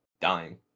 dying